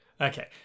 Okay